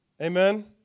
Amen